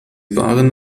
waren